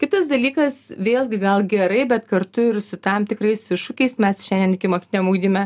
kitas dalykas vėlgi gal gerai bet kartu ir su tam tikrais iššūkiais mes šiandien ikimokiniam ugdyme